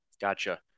Gotcha